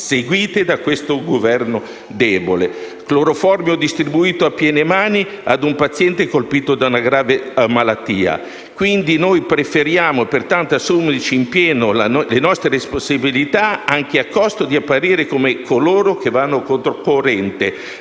seguite da questo Governo debole; cloroformio distribuito a piene mani a un paziente colpito da una grave malattia. Preferiamo pertanto assumerci in pieno le nostre responsabilità, anche a costo di apparire come coloro che vanno controcorrente.